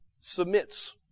submits